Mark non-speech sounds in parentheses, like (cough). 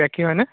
(unintelligible) হয়নে